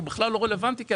הוא בכלל לא רלוונטי.